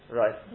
right